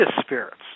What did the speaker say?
spirits